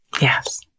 Yes